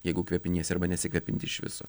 jeigu kvėpiniesi arba nesikvėpinti iš viso